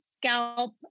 scalp